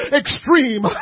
extreme